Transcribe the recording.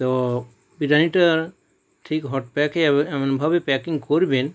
তো বিরিয়ানিটা ঠিক হট প্যাকে এমন এমনভাবে প্যাকিং করবেন